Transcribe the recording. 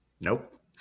Nope